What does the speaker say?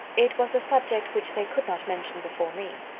it was a subject which they could not mention before me.